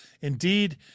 Indeed